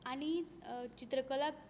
आनी चित्रकला